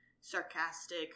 sarcastic